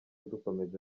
dukomeje